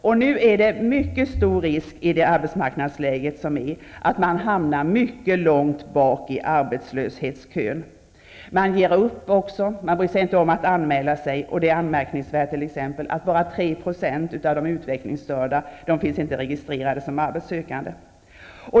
I det nuvarande arbetsmarknadsläget är det mycket stor risk att dessa människor hamnar mycket långt bak i arbetslöshetskön. Man ger upp, man bryr sig inte om att anmäla sig. Det är t.ex. anmärkningsvärt att bara 3 % av de utvecklingsstörda finns registrerade som arbetssökande.